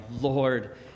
Lord